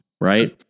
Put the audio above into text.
right